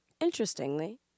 interestingly